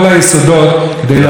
רבותיי,